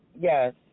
yes